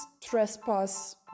trespass